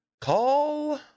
Call